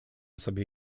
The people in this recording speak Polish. sobie